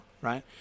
Right